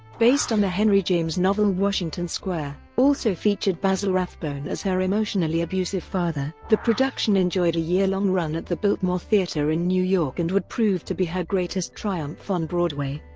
based on the henry james novel washington square, also featured basil rathbone as her emotionally abusive father. the production enjoyed a year-long run at the biltmore theatre in new york and would prove to be her greatest triumph on broadway.